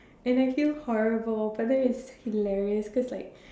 and I feel horrible but then it's hilarious cause like